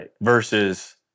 versus